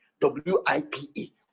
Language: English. W-I-P-E